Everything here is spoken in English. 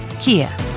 Kia